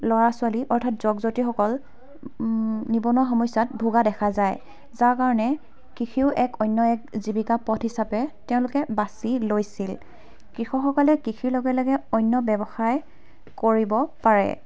ল'ৰা ছোৱালী অৰ্থাৎ যগ যতীসকল নিবনুৱা সমস্য়াত ভোগা দেখা যায় যাৰ কাৰণে কৃষিও এক অন্য় এক জীৱিকা পথ হিচাপে তেওঁলোকে বাচি লৈছিল কৃষকসকলে কৃষিৰ লগে লগে অন্য় ব্য়ৱসায় কৰিব পাৰে